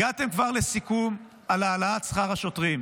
הגעתם כבר לסיכום על העלאת שכר השוטרים,